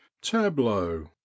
tableau